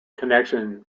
connection